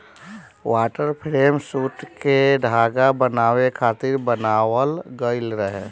water frame सूत के धागा बनावे खातिर बनावल गइल रहे